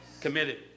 Committed